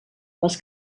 les